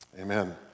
Amen